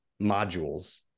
modules